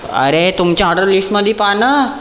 अरे तुमच्या ऑर्डर लिस्टमधे पहा ना